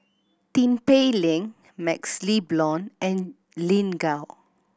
Tin Pei Ling MaxLe Blond and Lin Gao